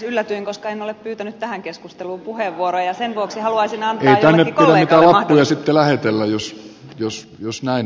yllätyin koska en ole pyytänyt tähän keskusteluun puheenvuoroa ja sen vuoksi haluaisin antaa jollekin kollegalle mahdollisuuden